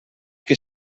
que